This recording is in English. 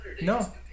No